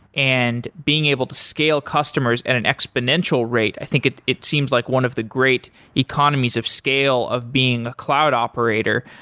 and being able to scale customers at an exponential rate, i think it it seems like one of the great economies of scale of being a cloud operator.